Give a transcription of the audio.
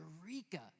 Eureka